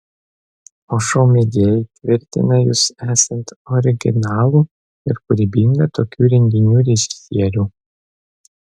o šou mėgėjai tvirtina jus esant originalų ir kūrybingą tokių renginių režisierių